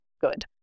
good